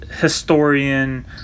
historian